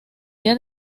día